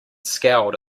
scowled